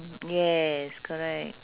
yes correct